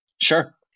Sure